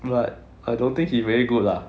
but I don't think he very good lah